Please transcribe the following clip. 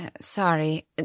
Sorry